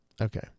okay